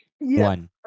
one